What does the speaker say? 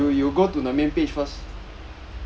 什么来的